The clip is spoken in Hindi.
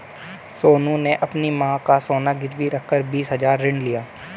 सोनू ने अपनी मां का सोना गिरवी रखकर बीस हजार ऋण लिया